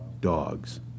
Dogs